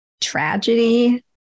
tragedy